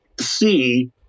see